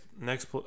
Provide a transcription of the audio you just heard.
next